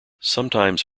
sometimes